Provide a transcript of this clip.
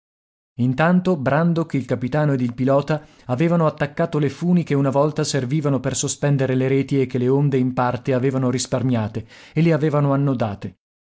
ghiaccioli intanto brandok il capitano ed il pilota avevano attaccato le funi che una volta servivano per sospendere le reti e che le onde in parte avevano risparmiate e le avevano annodate